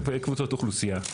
וקבוצות אוכלוסייה.